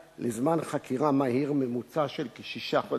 שפרק הזמן המוקצה לחקירת מח"ש הוא שישה חודשים.